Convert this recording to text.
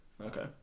Okay